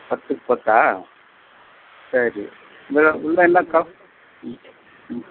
பத்துக்கு பத்தா சரி வேறு உள்ளே என்ன க ம் ம்